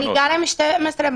אני גרה עם 12 בנות.